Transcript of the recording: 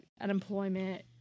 Unemployment